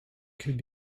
could